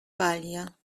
balia